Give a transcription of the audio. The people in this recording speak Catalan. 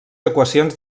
equacions